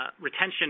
retention